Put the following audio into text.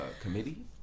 committee